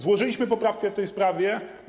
Złożyliśmy poprawkę w tej sprawie.